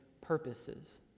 purposes